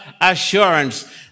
assurance